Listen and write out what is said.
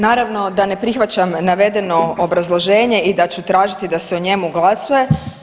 Naravno da ne prihvaćam navedeno obrazloženje i da ću tražiti da se o njemu glasuje.